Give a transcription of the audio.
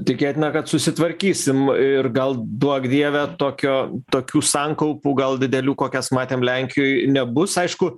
tikėtina kad susitvarkysim ir gal duok dieve tokio tokių sankaupų gal didelių kokias matėm lenkijoj nebus aišku